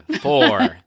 four